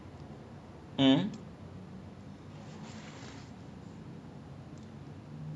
so and like if you sitting down near there near seven eleven you no money to buy because like that time pocket money two dollar something only [what]